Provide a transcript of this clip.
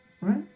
Right